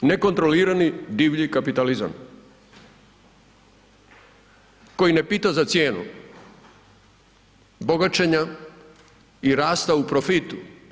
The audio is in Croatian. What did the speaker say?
Nekontrolirani divlji kapitalizam koji ne pita za cijenu bogaćenja i rasta u profitu.